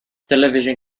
television